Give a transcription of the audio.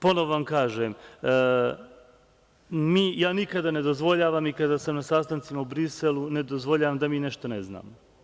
Ponovo vam kažem, ja nikada ne dozvoljavam, ni kada sam na sastancima u Briselu, ne dozvoljavam da mi nešto ne znamo.